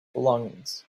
belongings